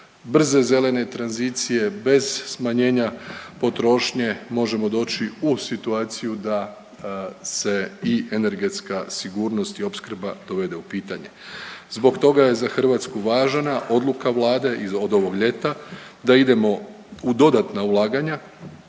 brze zelene tranzicije, bez smanjenja potrošnje možemo doći u situaciju da se i energetska sigurnost i opskrba dovede u pitanje. Zbog toga je za Hrvatsku važna odluka Vlade od ovog ljeta da idemo u dodatna ulaganja